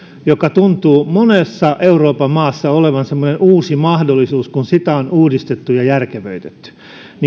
joka tuntuu monessa euroopan maassa olevan semmoinen uusi mahdollisuus kun sitä on uudistettu ja järkevöitetty